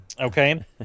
Okay